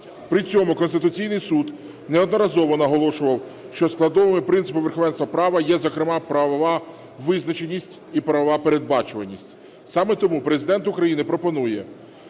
При цьому Конституційний Суд неодноразово наголошував, що складовою принципу верховенства права є зокрема правова визначеність і правова передбачуваність. Саме тому Президент України пропонує